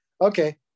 okay